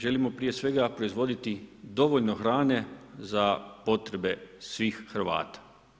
Želimo prije svega proizvoditi dovoljno hrane za potrebe svih Hrvata.